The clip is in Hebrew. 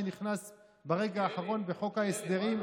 שנכנס ברגע האחרון בחוק ההסדרים,